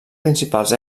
principals